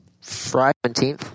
Friday